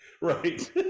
Right